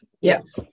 Yes